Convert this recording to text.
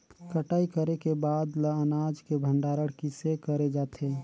कटाई करे के बाद ल अनाज के भंडारण किसे करे जाथे?